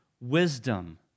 wisdom